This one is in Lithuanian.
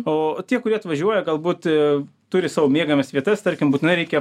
o tie kurie atvažiuoja galbūt turi savo mėgiamas vietas tarkim būtinai reikia